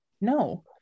No